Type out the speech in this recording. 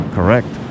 Correct